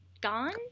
gone